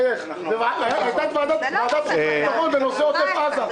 --- הייתה ועדת ביטחון בנושא עוטף עזה.